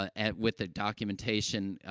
ah at with the documentation, ah,